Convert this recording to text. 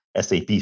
SAP